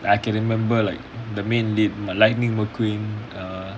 I can remember like the main lead lightning McQueen